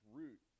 root